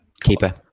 Keeper